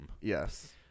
Yes